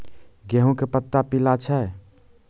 गेहूँ के पत्ता पीला छै?